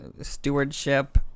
stewardship